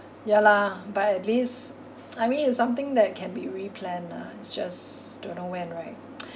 ya lah but at least I mean it's something that can be replan lah just don't know when right